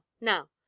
Now